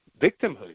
victimhood